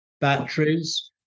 batteries